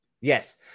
Yes